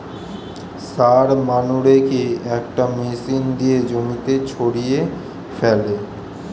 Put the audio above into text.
সার মানুরেকে একটা মেশিন দিয়ে জমিতে ছড়িয়ে ফেলে